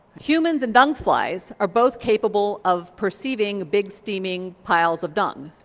humans and dung flies are both capable of perceiving big, steaming piles of dung.